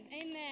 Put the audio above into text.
Amen